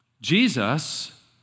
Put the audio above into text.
Jesus